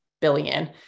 billion